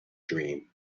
dream